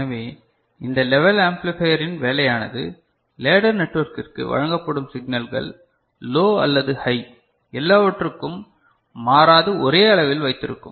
எனவே இந்த level amplifier இன் வேலையானது லேடர் நெட்வொர்க்கிற்கு வழங்கப்படும் சிக்னல்கள் லோ அல்லது ஹை எல்லாவற்றுக்கும் மாறாது ஒரே அளவில் வைத்திருக்கும்